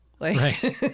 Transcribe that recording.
Right